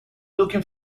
looking